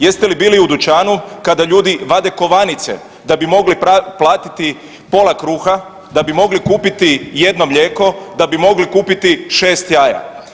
Jeste li bili u dućanu kada ljudi vade kovanice da bi mogli platiti pola kruha, da bi mogli kupiti jedno mlijeko, da bi mogli kupiti 6 jaja?